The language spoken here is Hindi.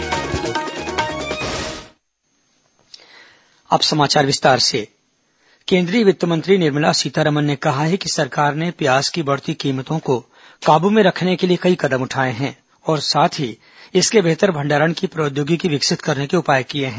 प्याज केन्द्र केन्द्रीय वित्त मंत्री निर्मला सीतारामन ने कहा है कि सरकार ने प्याज की बढ़ती कीमतों को काबू में रखने के लिए कई कदम उठाए हैं और साथ ही इसके बेहतर भंडारण की प्रौद्योगिकी विकसित करने के उपाय किए हैं